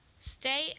Stay